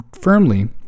firmly